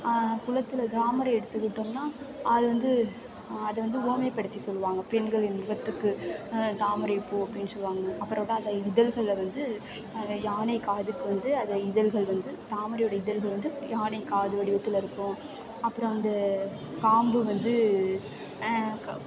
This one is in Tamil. குளத்தில் தாமரை எடுத்துகிட்டோம்னால் அது வந்து அது வந்து உவமைப்படுத்தி சொல்லுவாங்க பெண்களின் முகத்துக்கு தாமரை பூ அப்படின்னு சொல்லுவாங்க அப்புறம் தான் அந்த இதழ்களில் வந்து அதை யானை காதுக்கு வந்து அது இதழ்கள் வந்து தாமரையோட இதழ்கள் வந்து யானை காது வடிவத்தில் இருக்கும் அப்புறம் வந்து காம்பு வந்து